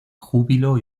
júbilo